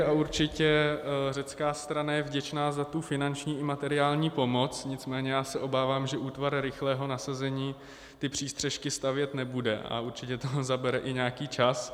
A určitě řecká strana je vděčná za tu finanční i materiální pomoc, nicméně já se obávám, že Útvar rychlého nasazení ty přístřešky stavět nebude, a určitě to zabere i nějaký čas.